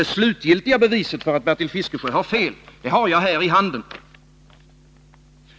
Det slutgiltiga beviset för att Bertil Fiskesjö har fel har jag här i handen.